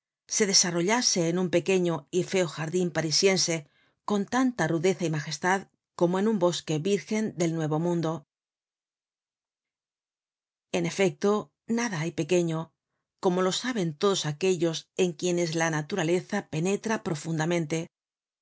se desarrollase en un pequeño y feo jardin parisiense con tanta rudeza y magestad como en un bosque virgen del nuevo mundo en efecto nada hay pequeño como lo saben todos aquellos en quienes la naturaleza penetra profundamente